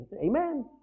Amen